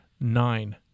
Nine